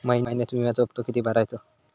महिन्यात विम्याचो हप्तो किती भरायचो?